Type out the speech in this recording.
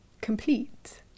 complete